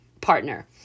partner